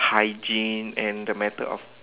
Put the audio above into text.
hygiene and the matter of